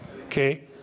Okay